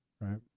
right